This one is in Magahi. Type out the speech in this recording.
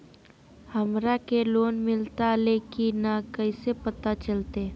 हमरा के लोन मिलता ले की न कैसे पता चलते?